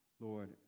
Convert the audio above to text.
Lord